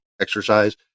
exercise